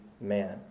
man